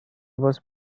was